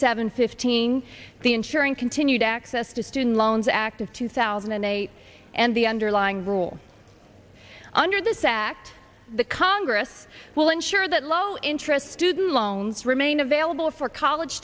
seven fifteen the ensuring continued access to student loans act of two thousand and eight and the underlying rule under this act the congress will ensure that low interest student loans remain available for college